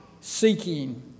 seeking